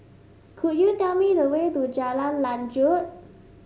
could you tell me the way to Jalan Lanjut